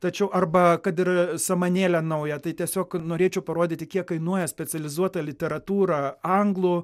tačiau arba kad ir samanėlę naują tai tiesiog norėčiau parodyti kiek kainuoja specializuota literatūra anglų